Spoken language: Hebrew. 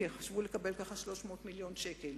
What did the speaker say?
כי חשבו לקבל כך 300 מיליון שקל.